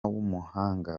w’umuhanga